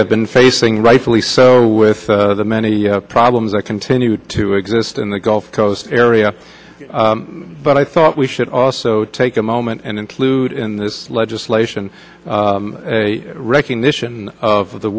have been facing rightfully so with the many problems that continue to exist in the gulf coast area but i thought we should also take a moment and include in this legislation a recognition of the